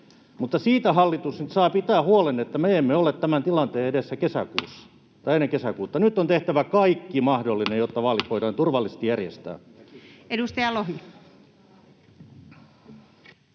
Mutta siitä hallitus saa nyt pitää huolen, että me emme ole tämän tilanteen edessä kesäkuussa tai ennen kesäkuuta. Nyt on tehtävä kaikki mahdollinen, jotta vaalit voidaan turvallisesti järjestää. Edustaja Lohi.